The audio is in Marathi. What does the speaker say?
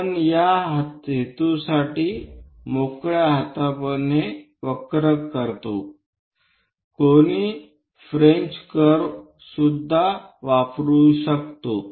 आपण या हेतूसाठी मोकळ्या हाताने वक्र करतो कोणी फ्रेंच वक्र वापरू शकतो